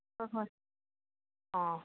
ꯍꯣꯏ ꯍꯣꯏ ꯑꯥ